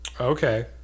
Okay